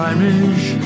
Irish